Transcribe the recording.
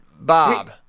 Bob